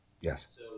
yes